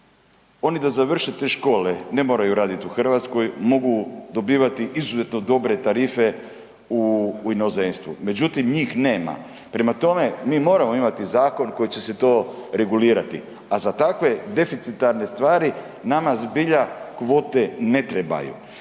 oni da završe te škole ne moraju raditi u Hrvatskoj, mogu dobivati izuzetno dobre tarife u inozemstvu, međutim njih nema. Prema tome, mi moramo imati zakon kojim će se to regulirati, a za takve deficitarne stvari nama zbilja kvote ne trebaju.